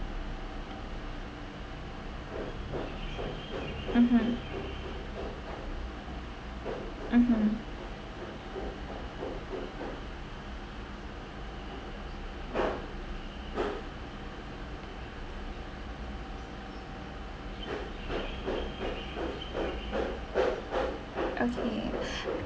mmhmm okay